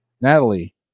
natalie